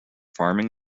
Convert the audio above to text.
farming